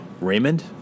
Raymond